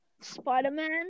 Spider-Man